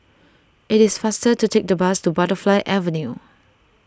it is faster to take the bus to Butterfly Avenue